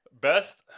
best